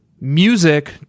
music